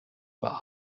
but